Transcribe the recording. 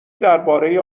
درباره